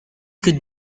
could